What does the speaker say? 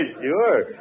Sure